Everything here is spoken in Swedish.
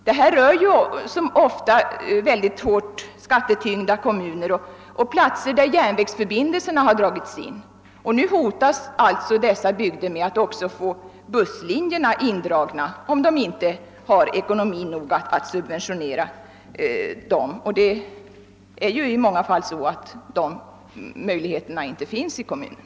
Det rör ofta hårt skattetyngda kommuner och platser där järnvägsförbindelser har dragits in, och nu hotas dessa bygder av att också få busslinjer indragna om deras ekonomi inte tillåter dem att lämna subventioner, vilket mången gång är fallet.